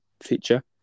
feature